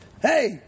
hey